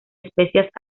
especias